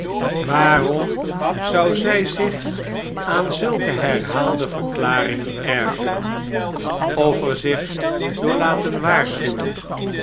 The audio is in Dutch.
waarom zou zij zich aan zulke herhaalde verklaringen ergeren of er zich door laten waarschuwen